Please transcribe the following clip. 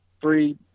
three